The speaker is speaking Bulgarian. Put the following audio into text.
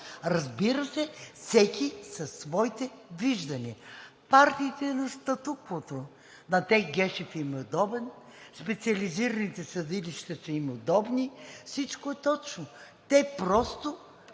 разбира се, всеки със своите виждания. Партиите на статуквото – на тях Гешев им е удобен, специализираните съдилища са им удобни, всичко е точно. Те просто